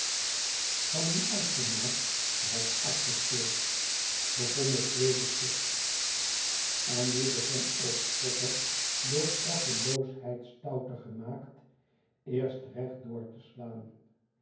uitgemaakt was afgespeeld begon het tweede stuk en nu begon ook potter door straffeloosheid stouter gemaakt eerst recht door te slaan